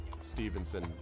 Stevenson